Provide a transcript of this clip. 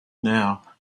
now